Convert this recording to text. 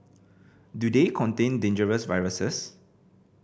do they contain dangerous viruses